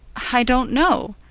i don't know,